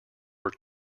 were